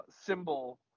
symbol